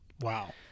wow